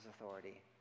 authority